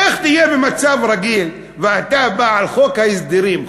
איך תהיה במצב רגיל ואתה בא עם חוק ההסדרים,